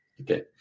Okay